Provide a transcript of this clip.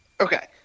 Okay